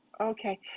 Okay